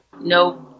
no